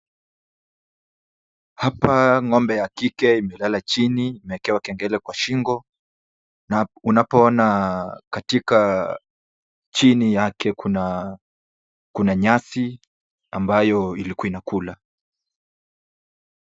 Hapa ng'ombe ya kike imelala chini. Imeekewa kengele kwa shingo na unapoona katika chini yakekuna nyasi ambayo ilikuwa inakula.